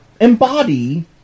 embody